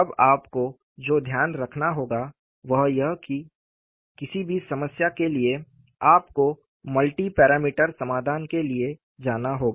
अब आपको जो ध्यान रखना होगा वह यह है कि किसी भी समस्या के लिए आपको मल्टी पैरामीटर समाधान के लिए जाना होगा